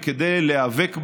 וכדי להיאבק בה,